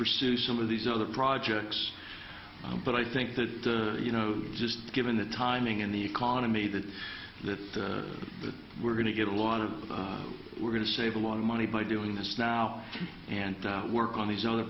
pursue some of these other projects but i think that you know just given the timing and the economy that that we're going to get a lot of we're going to save a lot of money by doing this now and work on these other